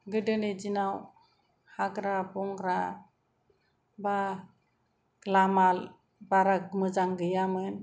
गोदोनि दिनाव हाग्रा बंग्रा बा लामा बारा मोजां गैयामोन